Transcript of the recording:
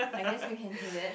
I guess we can do that